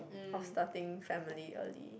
of starting family early